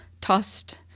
Tossed